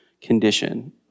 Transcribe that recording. condition